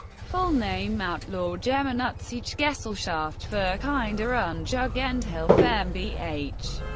full name outlaw gemeinnutzige gesellschaft fur kinder und jugendhilfe mbh.